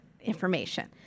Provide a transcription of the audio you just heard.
information